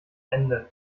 ende